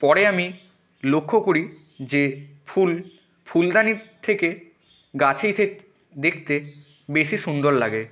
পরে আমি লক্ষ্য করি যে ফুল ফুলদানির থেকে গাছেই থে দেখতে বেশি সুন্দর লাগে